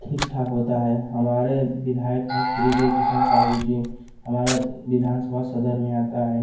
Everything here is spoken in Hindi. ठीक ठाक होता है हमारे विधायक हैं श्री जय किसान साहू जी हमारा विधानसभा सदर में आता है